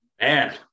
Man